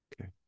Okay